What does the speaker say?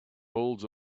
holds